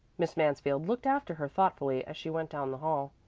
miss mansfield looked after her thoughtfully as she went down the hall.